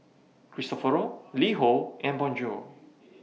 Cristofori LiHo and Bonjour